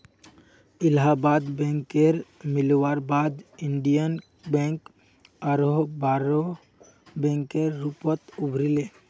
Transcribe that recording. इलाहाबाद बैकेर मिलवार बाद इन्डियन बैंक आरोह बोरो बैंकेर रूपत उभरी ले